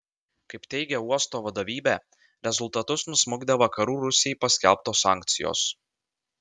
kaip teigia uosto vadovybė rezultatus nusmukdė vakarų rusijai paskelbtos sankcijos